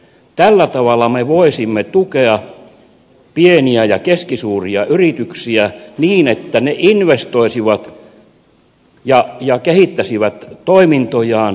tällä tavalla me voisimme tukea pieniä ja keskisuuria yrityksiä niin että ne investoisivat ja kehittäisivät toimintojaan